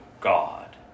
God